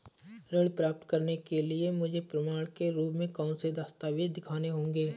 ऋण प्राप्त करने के लिए मुझे प्रमाण के रूप में कौन से दस्तावेज़ दिखाने होंगे?